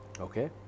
Okay